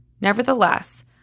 Nevertheless